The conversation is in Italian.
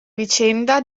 vicenda